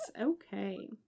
Okay